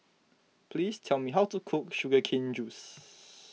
please tell me how to cook Sugar Cane Juice